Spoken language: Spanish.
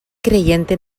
creyente